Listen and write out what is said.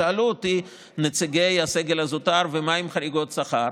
שאלו אותי נציגי הסגל הזוטר: ומה עם חריגות שכר?